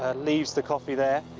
ah leaves the coffee there.